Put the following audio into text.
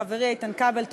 חברי איתן כבל,